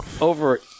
over